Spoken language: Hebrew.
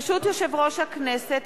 ברשות יושב-ראש הכנסת,